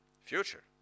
future